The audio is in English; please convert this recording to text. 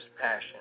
passion